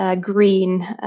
green